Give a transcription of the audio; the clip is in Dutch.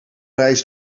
reis